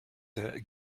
der